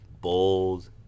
bold